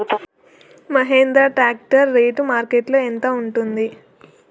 Mahindra tractor rate మార్కెట్లో యెంత ఉంటుంది?